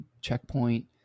checkpoint